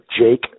Jake